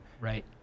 Right